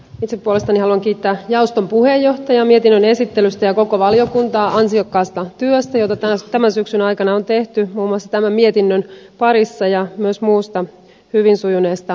itse puolestani haluan kiittää jaoston puheenjohtajaa mietinnön esittelystä ja koko valiokuntaa ansiokkaasta työstä jota tämän syksyn aikana on tehty muun muassa tämän mietinnön parissa ja myös muusta hyvin sujuneesta yhteistyöstä